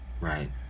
right